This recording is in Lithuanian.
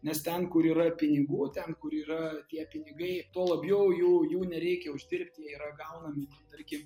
nes ten kur yra pinigų ten kur yra tie pinigai tuo labiau jau jų nereikia uždirbti jie yra gaunami tarkim